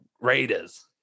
Raiders